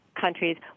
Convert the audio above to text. countries